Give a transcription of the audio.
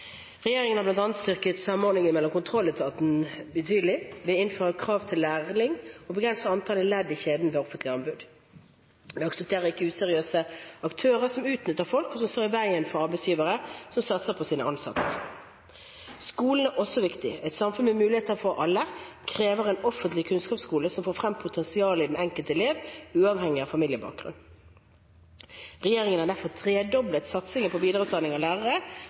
Regjeringen har bl.a. styrket samordningen mellom kontrolletatene betydelig, vi innfører krav til lærling og begrenser antallet ledd i kjede ved offentlige anbud. Vi aksepterer ikke useriøse aktører som utnytter folk, og som står i veien for arbeidsgivere som satser på sine ansatte. Skolen er også viktig. Et samfunn med muligheter for alle krever en offentlig kunnskapsskole som får frem potensialet i den enkelte elev, uavhengig av familiebakgrunn. Regjeringen har derfor tredoblet satsingen på videreutdanning av lærere,